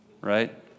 Right